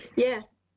yes.